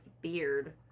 beard